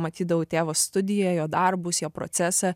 matydavau tėvo studiją jo darbus jo procesą